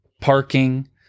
parking